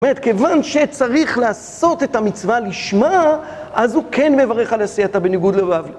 זאת אומרת, כיוון שצריך לעשות את המצווה לשמה, אז הוא כן מברך על עשייתה בניגוד לבב.